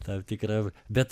tam tikra bet